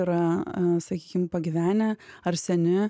yra sakykim pagyvenę ar seni